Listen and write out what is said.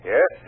Yes